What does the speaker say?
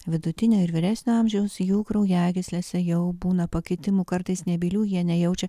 vidutinio ir vyresnio amžiaus jų kraujagyslėse jau būna pakitimų kartais nebylių jie nejaučia